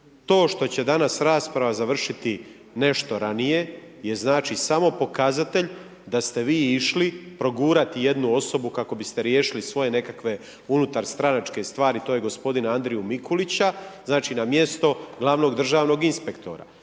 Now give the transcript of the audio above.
To što će danas rasprava završiti nešto ranije je znači samo pokazatelj da ste vi išli progurati jednu osobu kako biste riješili svoje nekakve unutarstranačke stvari, tj. g. Andriju Mikulića znači na mjesto glavnog državnog inspektora